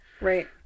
right